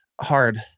hard